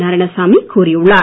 நாராயணசாமி கூறியுள்ளார்